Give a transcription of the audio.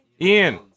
Ian